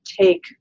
take